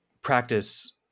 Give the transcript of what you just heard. practice